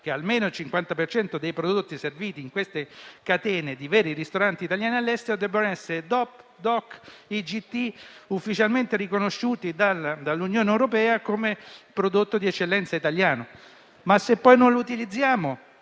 che almeno il 50 per cento dei prodotti serviti nelle catene di veri ristoranti italiani all'estero siano DOP, DOC e IGT, ufficialmente riconosciuti dall'Unione europea come prodotti di eccellenza italiani. Perché poi non utilizziamo